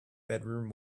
bedroom